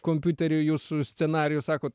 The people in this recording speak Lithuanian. kompiutery jūsų scenarijus sako